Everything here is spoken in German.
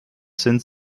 sind